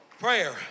Prayer